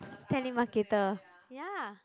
telemarketer ya